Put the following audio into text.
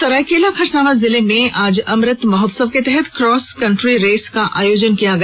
सरायकेला खरसावां जिले में आज अमृत महोत्सव के तहत क्रॉस कंट्री रेस का आयोजन किया गया